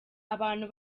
abantu